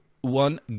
one